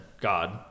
God